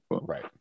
Right